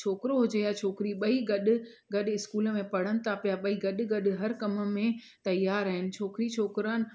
छोकिरो हुजे या छोकिरी ॿई गॾु गॾु इस्कूल में पढ़नि था पिया ॿई गॾु गॾु हर कमु में तयार आहिनि छोकिरी छोकिरा